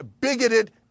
bigoted